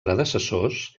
predecessors